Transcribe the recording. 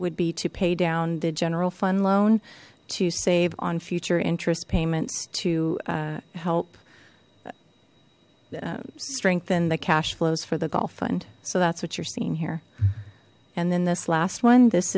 would be to pay down the general fund loan to save on future interest payments to help strengthen the cash flows for the gulf fund so that's what you're seeing here and then this last one this